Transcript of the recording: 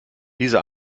diese